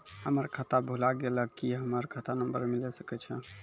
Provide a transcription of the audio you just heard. हमर खाता भुला गेलै, की हमर खाता नंबर मिले सकय छै?